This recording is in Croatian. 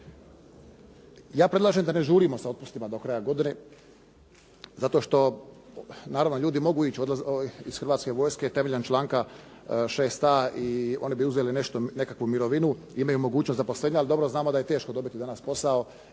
Ja predlažem da ne žurimo sa otpustima do kraja godine zato što naravno ljudi mogu ići iz Hrvatske vojske temeljem članka 6.a i oni bi uzeli nešto, nekakvu mirovinu, imaju mogućnost zaposlenja, ali dobro znamo da je teško dobiti danas posao